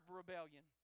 rebellion